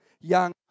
young